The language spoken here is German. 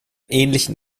ähnlichen